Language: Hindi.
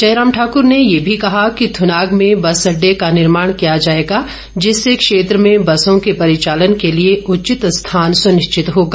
जयराम ठाकुर ने ये भी कहा कि थुनाग में बस अडडे का निर्माण किया जाएगा जिससे क्षेत्र में बसों के परिचालन के लिए उचित स्थान सुनिश्चित होगा